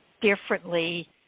differently